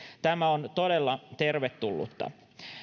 tämä on todella tervetullutta